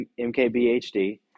MKBHD